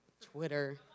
Twitter